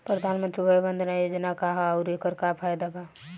प्रधानमंत्री वय वन्दना योजना का ह आउर एकर का फायदा बा?